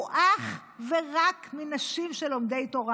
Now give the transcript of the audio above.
יגזלו אך ורק מנשים של לומדי תורה.